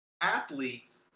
athletes